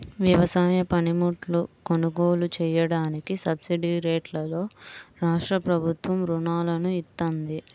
వ్యవసాయ పనిముట్లు కొనుగోలు చెయ్యడానికి సబ్సిడీరేట్లలో రాష్ట్రప్రభుత్వం రుణాలను ఇత్తంది